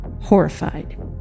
horrified